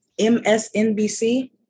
MSNBC